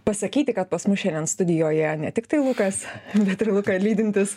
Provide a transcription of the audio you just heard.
pasakyti kad pas mus šiandien studijoje ne tiktai lukas bet ir luką lydintys